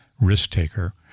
risk-taker